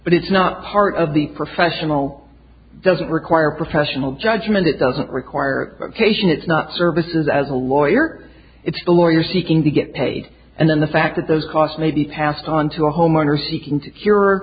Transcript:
but it's not part of the professional doesn't require professional judgment it doesn't require occasion it's not services as a lawyer it's a lawyer seeking to get paid and then the fact that those costs may be passed on to a homeowner seeking to cure